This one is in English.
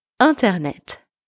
Internet